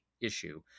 issue